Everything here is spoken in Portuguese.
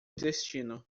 destino